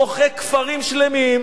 מוחק כפרים שלמים.